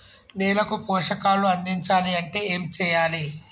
నేలకు పోషకాలు అందించాలి అంటే ఏం చెయ్యాలి?